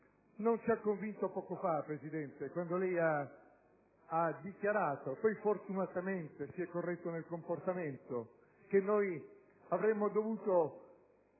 Non ci ha convinto poco fa, signor Presidente, quando ha dichiarato - poi fortunatamente si è corretto nel comportamento - che noi avremmo dovuto